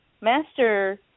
master